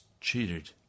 cheated